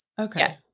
okay